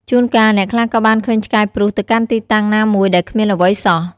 ជួនកាលអ្នកខ្លះក៏បានឃើញឆ្កែព្រុសទៅកាន់ទីតាំងណាមួយដែលគ្មានអ្វីសោះ។